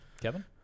Kevin